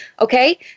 Okay